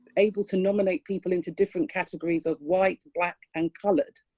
able to nominate people into different categories of white, black and colored.